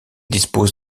dispose